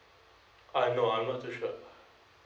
ah no I'm not too sure